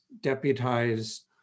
deputized